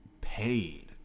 paid